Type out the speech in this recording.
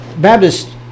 Baptist